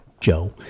Joe